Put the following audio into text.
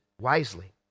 wisely